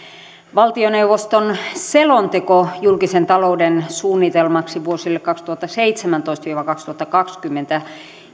valtioneuvoston selonteko julkisen talouden suunnitelmaksi vuosille kaksituhattaseitsemäntoista viiva kaksituhattakaksikymmentä